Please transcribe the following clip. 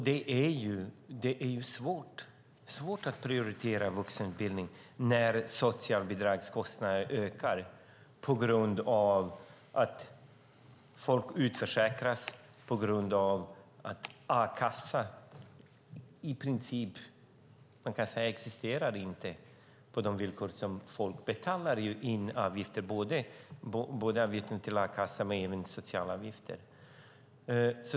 Det är svårt att prioritera vuxenutbildning när socialbidragskostnaderna ökar på grund av att folk utförsäkras. Trots att folk betalar avgift till a-kassan existerar den i princip inte.